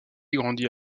grandit